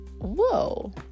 whoa